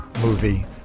movie